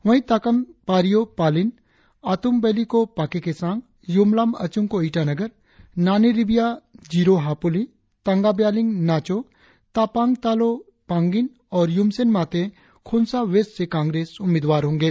वही ताकाम पारियो पालिन आतुम वैली को पाके केसांग युमलाम आचुंग को ईटानगर नानी रिबिया जीरो हापोली तांगा ब्यालिंग नाचो तापांग तालोह पांगिन और युमसेन माते खोन्सा वेस्ट से कांग्रेस उम्मीदवार होंगे